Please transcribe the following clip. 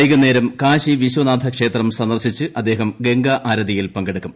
വൈകുന്നേരം കാശി വിശ്വനാഥ ക്ഷേത്രം സന്ദർശിച്ച് ആദ്ദേഹം ഗംഗാ ആരതിയിൽ പങ്കെടുക്കും